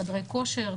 חדרי כושר,